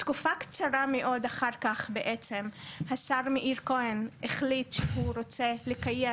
תקופה קצרה מאוד אחר כך בעצם השר מאיר כהן החליט שהוא רוצה לקיים